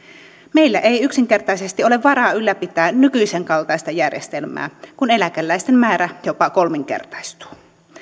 meillä ei yksinkertaisesti ole varaa ylläpitää nykyisen kaltaista järjestelmää kun eläkeläisten määrä jopa kolminkertaistuu